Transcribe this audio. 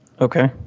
Okay